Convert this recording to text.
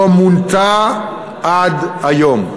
לא מונתה עד היום.